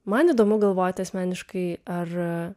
man įdomu galvoti asmeniškai ar